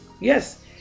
Yes